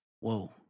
Whoa